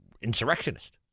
insurrectionist